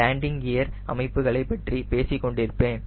landing gear அமைப்புகளை பற்றி பேசிக் கொண்டிருப்பேன்